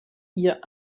ihr